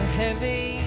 heavy